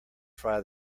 fry